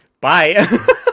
bye